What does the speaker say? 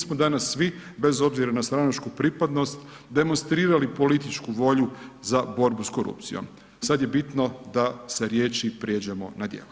smo danas svi, bez obzira na stranačku pripadnost, demonstrirali političku volju za borbu s korupcijom, sada je bitno, da sa riječi pređemo na dijela.